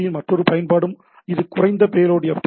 B யின் மற்றொரு மாறுபாடும் இது குறைந்த பேலோட் எஃப்